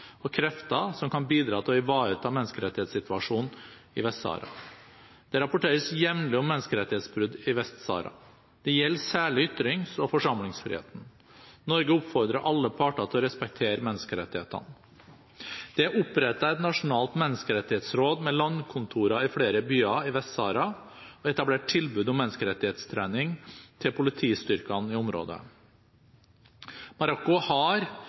og krefter som kan bidra til å ivareta menneskerettighetssituasjonen i Vest-Sahara. Det rapporteres jevnlig om menneskerettighetsbrudd i Vest-Sahara. Det gjelder særlig ytrings- og forsamlingsfriheten. Norge oppfordrer alle parter til å respektere menneskerettighetene. Det er opprettet et nasjonalt menneskerettighetsråd med landkontorer i flere byer i Vest-Sahara og etablert tilbud om menneskerettighetstrening til politistyrker i området. Marokko har